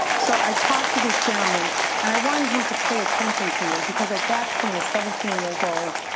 so i talked to this gentleman and i wanted him to pay attention to me because at that point at seventeen years old,